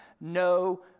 no